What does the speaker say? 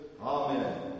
Amen